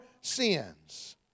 sins